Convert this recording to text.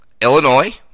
Illinois